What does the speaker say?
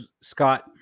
scott